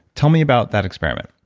tell me about that experiment